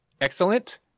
Excellent